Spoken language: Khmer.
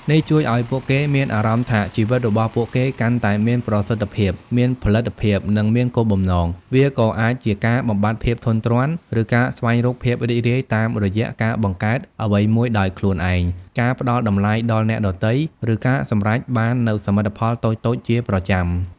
នេះជួយឱ្យពួកគេមានអារម្មណ៍ថាជីវិតរបស់ពួកគេកាន់តែមានប្រសិទ្ធភាព មានផលិតភាព និងមានគោលបំណង វាក៏អាចជាការបំបាត់ភាពធុញទ្រាន់ ឬការស្វែងរកភាពរីករាយតាមរយៈការបង្កើតអ្វីមួយដោយខ្លួនឯង ការផ្តល់តម្លៃដល់អ្នកដទៃ ឬការសម្រេចបាននូវសមិទ្ធផលតូចៗជាប្រចាំ។